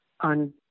on